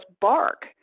bark